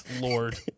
Lord